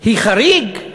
הוא חריג?